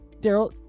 Daryl